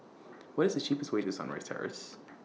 What IS The cheapest Way to Sunrise Terrace